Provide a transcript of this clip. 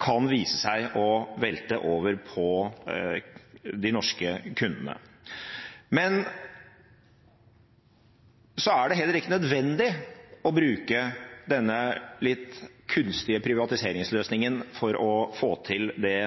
kan vise seg å velte over på de norske kundene. Så er det heller ikke nødvendig å bruke denne litt kunstige privatiseringsløsningen for å få til det